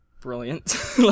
brilliant